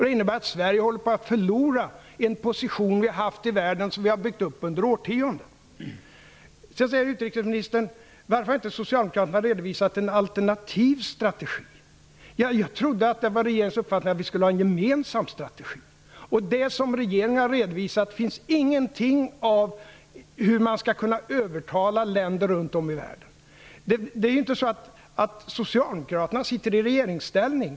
Det innebär att Sverige håller på att förlora en position som vi har haft i världen och som vi har byggt upp under årtionden. Utrikesministern säger att Socialdemokraterna inte har redovisat en alternativ strategi. Jag trodde att det var regeringens uppfattning att vi skulle ha en gemensam strategi. I det som regeringen har redovisat finns ingenting om hur man skall kunna övertala länder runt om i världen. Socialdemokraterna sitter tyvärr inte i regeringsställning.